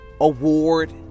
award